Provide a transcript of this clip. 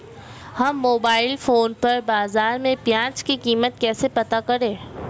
हम mobile phone पर बाज़ार में प्याज़ की कीमत कैसे पता करें?